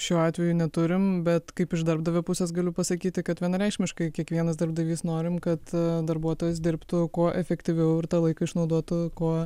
šiuo atveju neturim bet kaip iš darbdavio pusės galiu pasakyti kad vienareikšmiškai kiekvienas darbdavys norim kad darbuotojas dirbtų kuo efektyviau ir tą laiką išnaudotų kuo